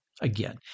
again